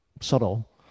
subtle